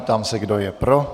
Ptám se, kdo je pro.